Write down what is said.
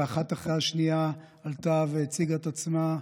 ואחת אחרי השנייה הן עלו והציגו את עצמן: